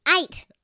Eight